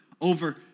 Over